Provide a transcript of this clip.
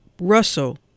Russell